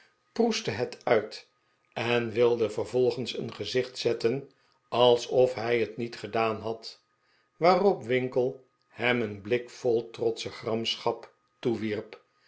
proestte het uit en wilde vervolgens een gezicht zetten alsof hij het niet gedaan had waarop winkle hem een blik vol trotsche gramschap toewierp